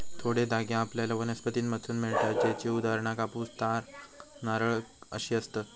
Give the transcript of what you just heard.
थोडे धागे आपल्याला वनस्पतींमधसून मिळतत त्येची उदाहरणा कापूस, ताग, नारळ अशी आसत